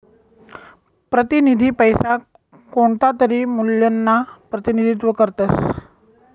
प्रतिनिधी पैसा कोणतातरी मूल्यना प्रतिनिधित्व करतस